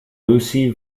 lucy